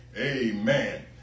Amen